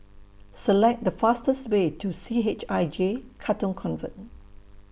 Select The fastest Way to C H I J Katong Convent